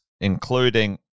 including